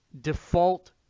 default